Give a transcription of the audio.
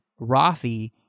Rafi